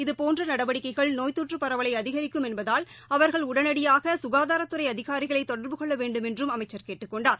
இதபோன்றநடவடிக்கைகள் நோய் தொற்றுப் பரவலைஅதிகரிக்கும் என்பதால் அவர்கள் உடனடியாகசுகாதாரத் துறைஅதிகாரிகளைதொடர்பு கொள்ளவேண்டும் என்றும் அமைச்சர் கேட்டுக் கொண்டார்